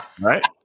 right